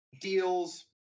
deals